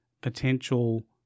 potential